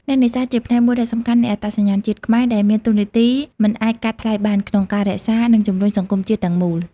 អ្នកនេសាទ ជាផ្នែកមួយដ៏សំខាន់នៃអត្តសញ្ញាណជាតិខ្មែរ ដែលមានតួនាទីមិនអាចកាត់ថ្លៃបាន ក្នុងការថែរក្សា និងជំរុញសង្គមជាតិទាំងមូល។